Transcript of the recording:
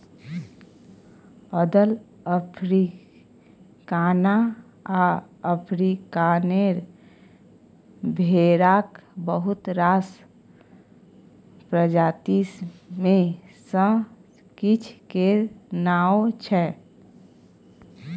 अदल, अफ्रीकाना आ अफ्रीकानेर भेराक बहुत रास प्रजाति मे सँ किछ केर नाओ छै